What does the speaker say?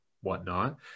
whatnot